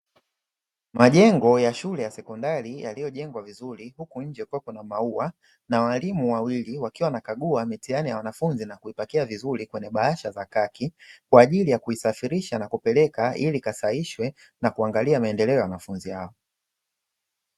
Majengo ya shule ya sekondari yaliyojengwa vizuri huku nje kukiwepo maua na walimu wawili wakiwa wanakagua mitihani ya wanafunzi na kuipakia vizuri kwenye bahasha za kaki, kwa ajili ya kuisafirisha na kupeleka ili ikasahihishwe na kuangalia maendeleo ya wanafunzi hao.